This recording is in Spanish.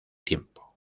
tiempo